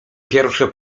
pierwsze